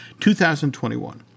2021